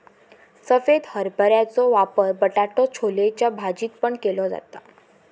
सफेद हरभऱ्याचो वापर बटाटो छोलेच्या भाजीत पण केलो जाता